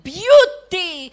beauty